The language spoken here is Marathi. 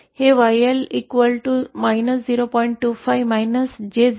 हे YL 0